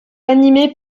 animés